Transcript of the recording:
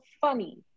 funny